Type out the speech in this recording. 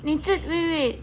你 wait wait